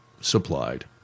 supplied